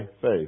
faith